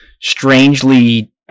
strangely